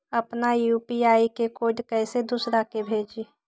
अपना यू.पी.आई के कोड कईसे दूसरा के भेजी?